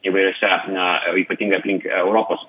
įvairiose na ypatingai aplink europos